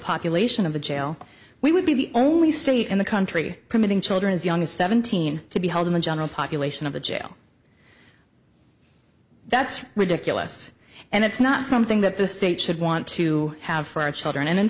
population of the jail we would be the only state in the country committing children as young as seventeen to be held in the general population of a jail that's ridiculous and it's not something that the state should want to have for our children and in